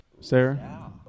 Sarah